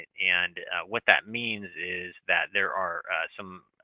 and what that means is that there are some